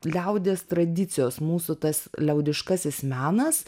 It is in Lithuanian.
liaudies tradicijos mūsų tas liaudiškasis menas